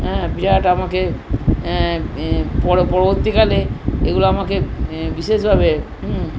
হ্যাঁ বিরাট আমাকে পরবর্তীকালে এগুলো আমাকে বিশেষভাবে